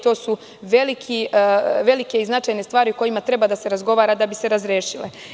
To su velike i značajne stvari o kojima treba da se razgovara da bi se razrešile.